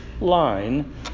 line